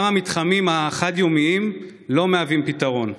גם המתחמים החד-יומיים לא מהווים פתרון.